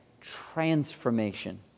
transformation